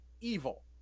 evil